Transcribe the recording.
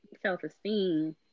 self-esteem